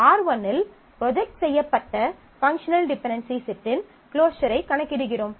R1 இல் project செய்யப்பட்ட functional dependency செட்டின் க்ளோஸரைக் கணக்கிடுகிறோம்